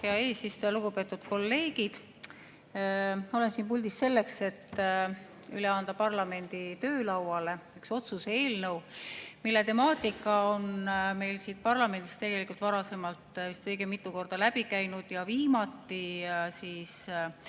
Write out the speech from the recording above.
hea eesistuja! Lugupeetud kolleegid! Olen siin puldis selleks, et anda parlamendi töölauale üks otsuse eelnõu, mille temaatika on meil parlamendist tegelikult varasemalt vist õige mitu korda läbi käinud. Viimati